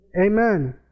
Amen